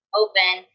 open